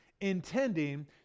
intending